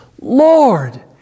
Lord